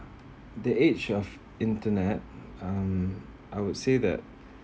the age of internet um I would say that